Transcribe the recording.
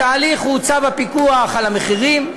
התהליך הוא צו הפיקוח על המחירים,